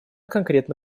конкретно